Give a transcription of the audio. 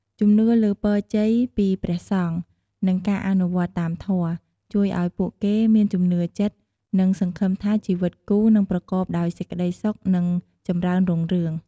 ជំនឿលើពរជ័យពីព្រះសង្ឃ និងការអនុវត្តតាមធម៌ ជួយឱ្យពួកគេមានជំនឿចិត្ត និងសង្ឃឹមថាជីវិតគូនឹងប្រកបដោយសេចក្តីសុខ និងចម្រើនរុងរឿង។